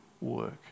work